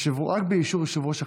רק באישור יושב-ראש הכנסת,